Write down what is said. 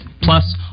Plus